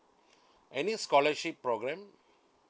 any scholarship program